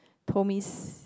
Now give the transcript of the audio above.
told me